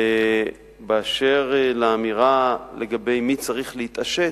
ואשר לאמירה לגבי מי צריך להתעשת,